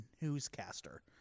newscaster